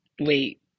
wait